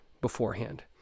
beforehand